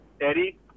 Eddie